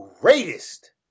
greatest